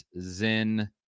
Zen